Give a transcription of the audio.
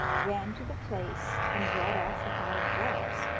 ran to the place and brought off the hat and gloves,